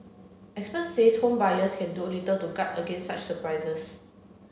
experts says home buyers can do little to guard against such surprises